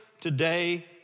today